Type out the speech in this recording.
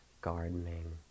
gardening